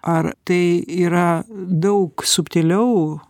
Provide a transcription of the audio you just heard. ar tai yra daug subtiliau